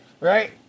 Right